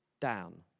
down